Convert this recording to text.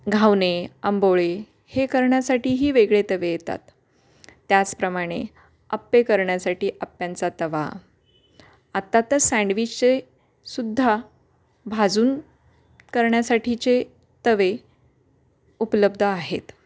घावणे अंबोळी हे करण्यासाठीही वेगळे तवे येतात त्याचप्रमाणे अप्पे करण्यासाठी अप्प्यांचा तवा आत्ता तर सँडविचचे सुद्धा भाजून करण्यासाठीचे तवे उपलब्ध आहेत